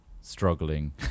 struggling